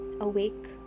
Awake